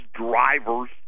drivers